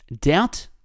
Doubt